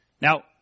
Now